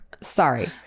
sorry